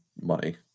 money